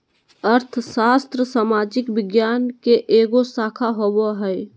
अर्थशास्त्र सामाजिक विज्ञान के एगो शाखा होबो हइ